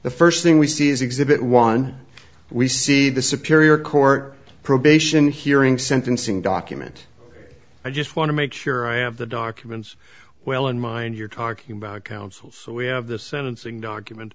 the first thing we see is exhibit one we see the superior court probation hearing sentencing document i just want to make sure i have the documents well in mind you're talking about counsel so we have the sentencing document